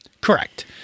Correct